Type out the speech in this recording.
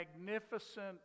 magnificent